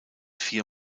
vier